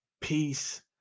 peace